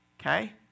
okay